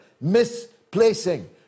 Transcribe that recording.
misplacing